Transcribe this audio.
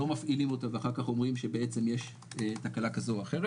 לא מפעילים אותה ואחר כך אומרים שבעצם יש תקלה כזו או אחרת.